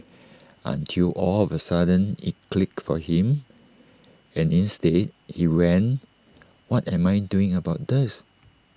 until all of A sudden IT clicked for him and instead he went what am I doing about this